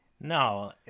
No